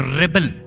rebel